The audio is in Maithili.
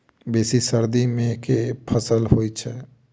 बेसी सर्दी मे केँ फसल होइ छै?